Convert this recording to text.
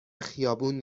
خیابون